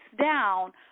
down